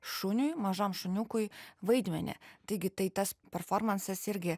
šuniui mažam šuniukui vaidmenį taigi tai tas performansas irgi